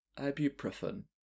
Ibuprofen